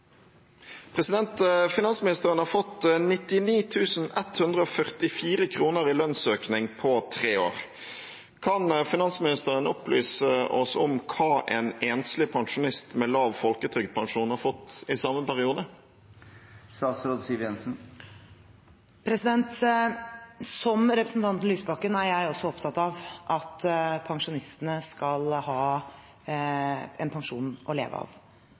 Finansministeren har fått 99 144 kr i lønnsøkning på tre år. Kan finansministeren opplyse oss om hva en enslig pensjonist med lav folketrygdpensjon har fått i samme periode? Som representanten Lysbakken er også jeg opptatt av at pensjonistene skal ha en pensjon å leve av.